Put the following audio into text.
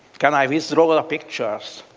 can i withdraw the pictures?